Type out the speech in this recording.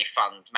fund